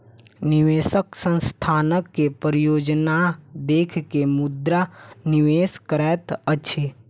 निवेशक संस्थानक के परियोजना देख के मुद्रा निवेश करैत अछि